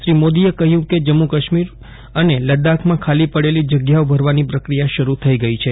શ્રી મોદીએ કહ્યું કે જમ્મુ કાશ્મીર અને લદ્દાખમાં ખાલી પડેલી જગ્યાઓ ભરવાની પ્રક્રિયા શરૂ થઈ ગઈ છે